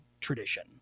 tradition